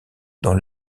dans